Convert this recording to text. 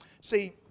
See